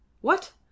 What